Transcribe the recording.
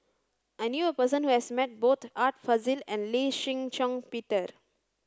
I knew a person who has met both Art Fazil and Lee Shih Shiong Peter